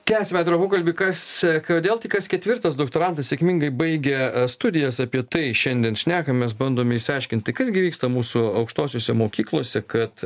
tęsiame atvirą pokalbį kas kodėl tik kas ketvirtas doktorantas sėkmingai baigia studijas apie tai šiandien šnekamės bandome išsiaiškinti kas gi vyksta mūsų aukštosiose mokyklose kad